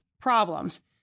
problems